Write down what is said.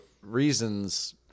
reasons